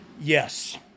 Yes